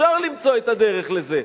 אפשר למצוא את הדרך לזה,